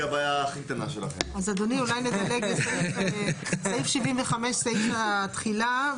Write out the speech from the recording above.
אז אדוני, אולי נדלג לסעיף 75, סעיף התחילה.